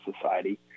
Society